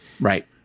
Right